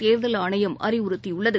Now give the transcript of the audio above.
தேர்தல் ஆணையம் அறிவுறுத்தியுள்ளது